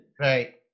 Right